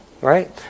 Right